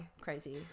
crazy